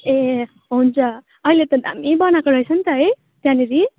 ए हुन्छ अहिले त दामी बनाएको रहेछ नि त है त्यहाँनिर